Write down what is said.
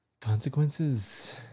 Consequences